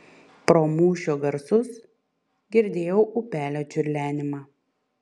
pro mūšio garsus girdėjau upelio čiurlenimą